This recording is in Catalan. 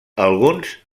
alguns